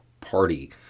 party